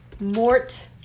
Mort